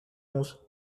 onze